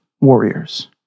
warriors